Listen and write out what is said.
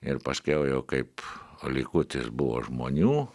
ir paskiau jau kaip o likutis buvo žmonių